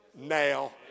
now